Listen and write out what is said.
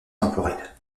temporelles